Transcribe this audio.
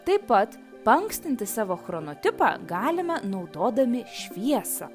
taip pat paankstinti savo chronotipą galime naudodami šviesą